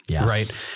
Right